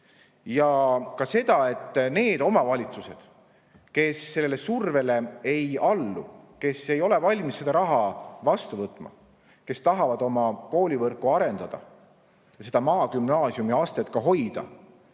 Ja ka seda, kas nende omavalitsuste toetamise, kes sellele survele ei allu, kes ei ole valmis seda raha vastu võtma, kes tahavad oma koolivõrku arendada, maal gümnaasiumiastet hoida